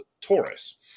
Taurus